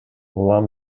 улам